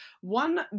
One